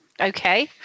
Okay